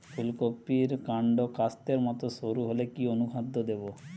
ফুলকপির কান্ড কাস্তের মত সরু হলে কি অনুখাদ্য দেবো?